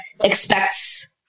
expects